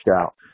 out